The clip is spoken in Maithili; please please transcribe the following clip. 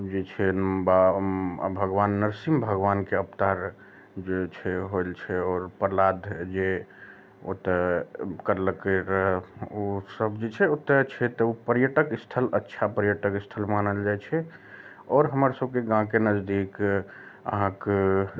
जे छै भगबान नरसिंह भगबानके अवतार जे छै भेल छै आओर प्रह्लाद जे ओतऽ कयलकै रए ओ सब जे छै ओतय छै तऽ ओ पर्यटक स्थल अच्छा पर्यटक स्थल मानल जाइ छै आओर हमर सबके गाँवके नजदीक अहाँक